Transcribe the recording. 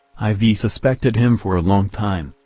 i ve suspected him for a long time.